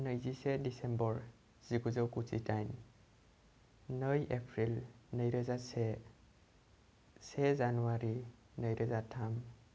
नैजिसे डिसेम्बर जिगुजौ गुजिदाइन नै एप्रिल नै रोजा से से जानुवारि नै रोजा थाम